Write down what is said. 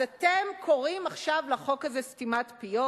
אז אתם קוראים עכשיו לחוק הזה סתימת פיות?